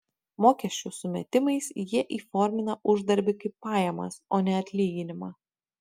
mokesčių sumetimais jie įformina uždarbį kaip pajamas o ne atlyginimą